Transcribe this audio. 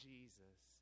Jesus